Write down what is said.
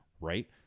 Right